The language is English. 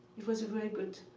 it was a very good,